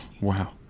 Wow